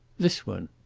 this one.